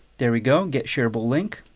there we go. get shareable link.